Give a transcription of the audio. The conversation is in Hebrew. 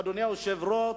אדוני היושב-ראש,